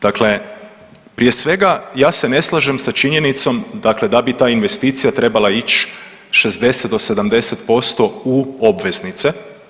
Dakle, prije svega, ja se ne slažem sa činjenicom dakle da bi ta investicija trebala ići 60 do 70% u obveznice.